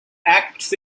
acts